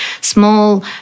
small